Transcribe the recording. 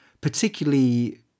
particularly